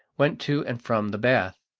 went to and from the bath.